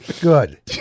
Good